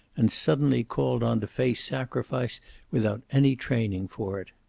and suddenly called on to face sacrifice without any training for it.